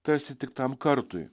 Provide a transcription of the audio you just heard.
tarsi tik tam kartui